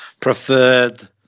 preferred